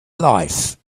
life